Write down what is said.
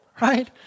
right